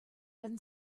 then